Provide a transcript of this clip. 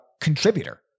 contributor